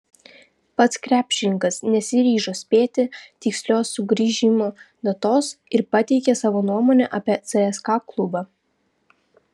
pats krepšininkas nesiryžo spėti tikslios sugrįžimo datos ir pateikė savo nuomonę apie cska klubą